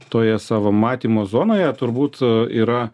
toje savo matymo zonoje turbūt yra